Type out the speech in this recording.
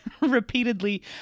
repeatedly